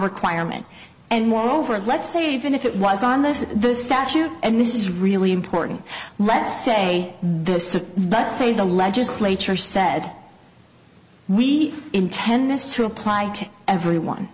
requirement and moreover let's say even if it was on this the statute and this is really important let's say this but say the legislature said we intend this to apply to everyone